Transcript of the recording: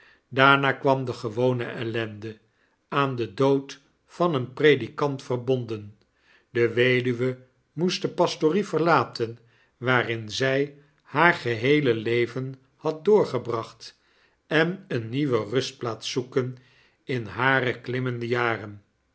daarna kwam de gewone ellende aan den dood van een predikant verbonden de weduwemoestde pastorie verlaten waarin zy haar geheele leven had doorgebracht en eene nieuwe rustplaats zoeken in hare klimmende jarrn